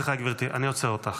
סליחה, גברתי, אני עוצר אותך.